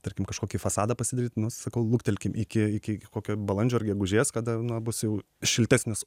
tarkim kažkokį fasadą pasidaryt nu sakau luktelkit iki iki kokio balandžio ar gegužės kada nu bus jau šiltesnis